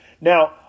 Now